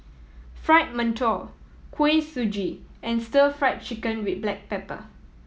Fried Mantou Kuih Suji and Stir Fried Chicken with black pepper